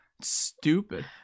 Stupid